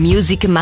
Music